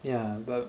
yeah but